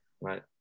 right